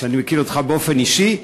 ואני מכיר אותך באופן אישי,